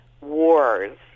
wars